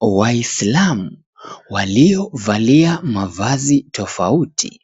Waislamu waliovalia mavazi tofauti